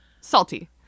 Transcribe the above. salty